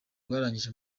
rwarangije